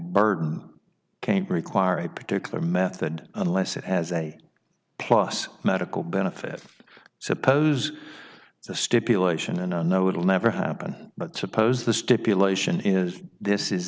burden can't require a particular method unless it has a plus medical benefit suppose it's a stipulation and i know it will never happen but suppose the stipulation is this is